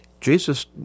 Jesus